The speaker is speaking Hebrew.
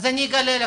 אז אני אגלה לך,